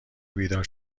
بیدار